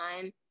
time